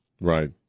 Right